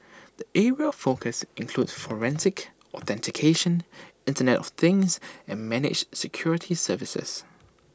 the areas of focus include forensics authentication Internet of things and managed security services